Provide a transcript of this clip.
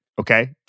Okay